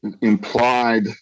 implied